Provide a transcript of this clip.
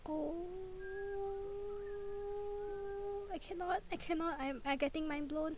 oo I cannot I cannot I'm I getting mind blown